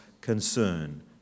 concern